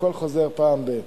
הכול חוזר פעם ב-.